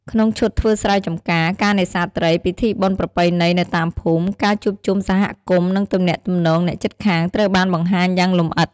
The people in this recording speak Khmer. ក្នុងឈុតធ្វើស្រែចម្ការ ការនេសាទត្រី ពិធីបុណ្យប្រពៃណីនៅតាមភូមិ ការជួបជុំសហគមន៍ និងទំនាក់ទំនងអ្នកជិតខាង ត្រូវបានបង្ហាញយ៉ាងលម្អិត ។